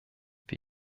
wie